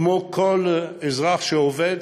כמו לכל אזרח שעובד,